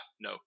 no